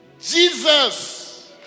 Jesus